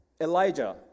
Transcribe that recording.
Elijah